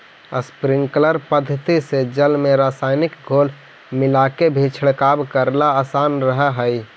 sprinkler पद्धति से जल में रसायनिक घोल मिलाके भी छिड़काव करेला आसान रहऽ हइ